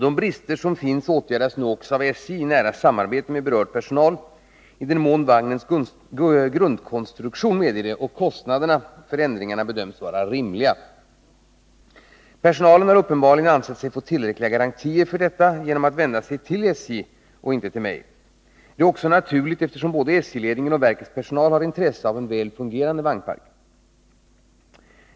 De brister som finns åtgärdas nu också av SJ i nära samarbete med berörd personal i den mån vagnens grundkonstruktion medger det och kostnaderna för ändringarna bedöms vara rimliga. Personalen har uppenbarligen ansett sig få tillräckliga garantier för detta genom att vända sig till SJ och inte till mig. Detta är också naturligt eftersom både SJ-ledningen och verkets personal har intresse av en väl fungerande vagnpark.